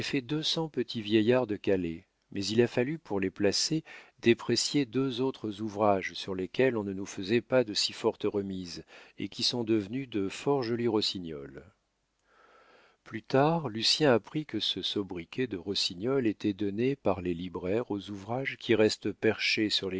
deux cents petit vieillard de calais mais il a fallu pour les placer déprécier deux autres ouvrages sur lesquels on ne nous faisait pas de si fortes remises et qui sont devenus de fort jolis rossignols plus tard lucien apprit que ce sobriquet de rossignol était donné par les libraires aux ouvrages qui restent perchés sur les